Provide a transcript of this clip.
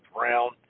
round